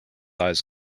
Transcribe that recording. eyes